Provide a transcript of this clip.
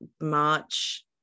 March